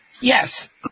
Yes